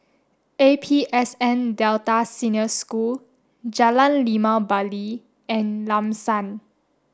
A P S N Delta Senior School Jalan Limau Bali and Lam San